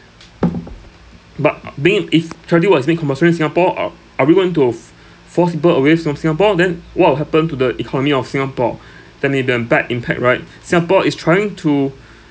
but being if charity work is being compulsory in singapore uh are we going to f~ force people away from singapore then what will happen to the economy of singapore that may be a bad impact right singapore is trying to